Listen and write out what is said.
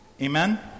Amen